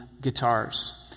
guitars